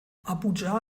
abuja